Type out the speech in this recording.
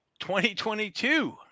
2022